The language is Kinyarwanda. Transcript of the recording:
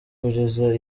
kugeza